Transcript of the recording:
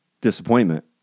disappointment